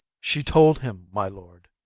she told him, my lord,